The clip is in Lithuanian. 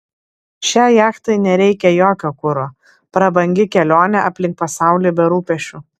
šiai jachtai nereikia jokio kuro prabangi kelionė aplink pasaulį be rūpesčių